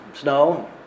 snow